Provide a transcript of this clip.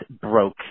broke